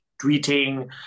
tweeting